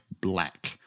black